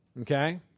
okay